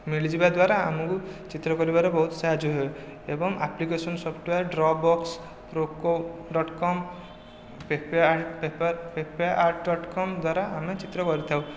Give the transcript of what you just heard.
ମିଳିଯିବା ଦ୍ୱାରା ଆମକୁ ଚିତ୍ର କରିବାରେ ବହୁତ ସାହାଯ୍ୟ ହୁଏ ଏବଂ application software Dropbox Proko dot com pape and paper pape art dot com ଦ୍ୱାରା ଆମେ ଚିତ୍ର କରିଥାଉ